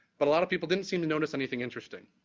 but a lot of people didn't seem to notice anything interesting.